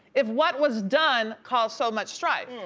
if what was done caused so much strife?